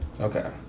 Okay